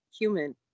human